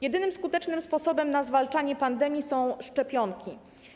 Jedynym skutecznym sposobem na zwalczanie pandemii są szczepionki.